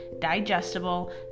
digestible